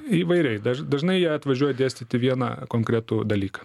įvairiai dažnai jie atvažiuoja dėstyti vieną konkretų dalyką